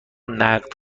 نقد